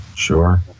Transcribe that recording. Sure